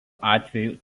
atveju